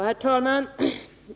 Herr talman!